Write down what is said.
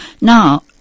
Now